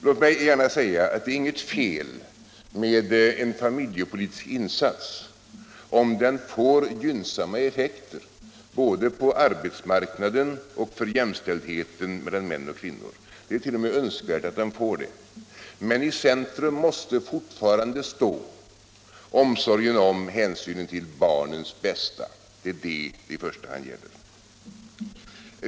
Låt mig gärna säga att det är inget fel med en familjepolitisk insats, om den får gynnsamma effekter både på arbetsmarknaden och för jämställdheten mellan män och kvinnor. Det är t.o.m. önskvärt att den får det. Men i centrum måste fortfarande stå omsorgen om och hänsynen till barnens bästa. Det är detta det i första hand gäller.